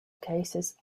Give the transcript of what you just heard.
cases